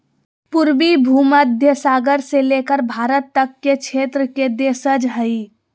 पूर्वी भूमध्य सागर से लेकर भारत तक के क्षेत्र के देशज हइ